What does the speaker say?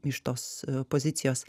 iš tos pozicijos